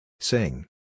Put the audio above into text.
Sing